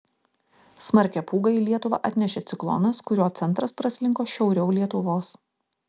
smarkią pūgą į lietuvą atnešė ciklonas kurio centras praslinko šiauriau lietuvos